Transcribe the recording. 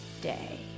day